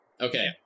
Okay